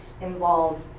involved